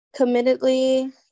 Committedly